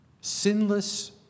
sinless